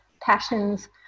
passions